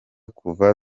kuva